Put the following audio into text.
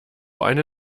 eine